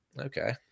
okay